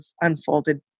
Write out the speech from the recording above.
unfolded